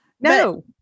No